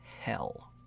hell